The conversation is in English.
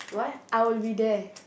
I will be there